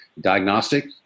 diagnostic